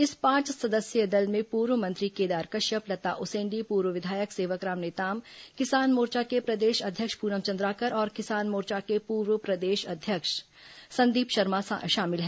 इस पांच सदस्यीय दल में पूर्व मंत्री केदार कश्यप लता उसेंडी पूर्व विधायक सेवकराम नेताम किसान मोर्चा के प्रदेश अध्यक्ष पूनम चंद्राकर और किसान मोर्चा के पूर्व प्रदेश अध्यक्ष संदीप शर्मा शामिल हैं